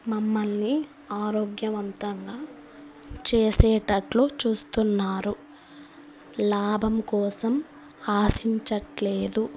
మమ్మల్ని ఆరోగ్యవంతంగా చేసేటట్లు చూస్తున్నారు లాభం కోసం ఆశించట్లేదు